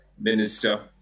minister